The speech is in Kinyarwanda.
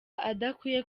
adakwiye